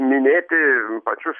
minėti pačius